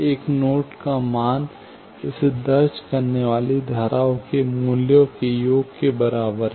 एक नोड का मान इसे दर्ज करने वाली धाराओं के मूल्यों के योग के बराबर है